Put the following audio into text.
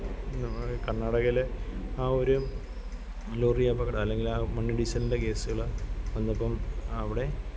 നമ്മുടെ കര്ണാടകയിൽ ആ ഒരു ലോറിയപകടം അല്ലെങ്കിലാ മണ്ണിടിച്ചിലിന്റെ കേസ്കൾ വന്നപ്പം അവിടെ